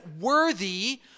worthy